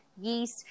yeast